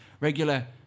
regular